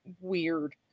weird